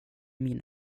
min